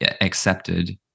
accepted